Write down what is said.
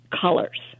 colors